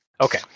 Okay